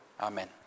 Amen